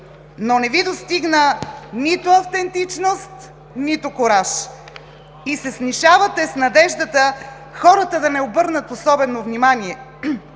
но не Ви достигна нито автентичност, нито кураж и се снишавате с надеждата хората да не обърнат особено внимание